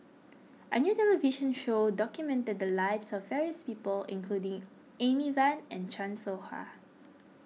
a new television show documented the lives of various people including Amy Van and Chan Soh Ha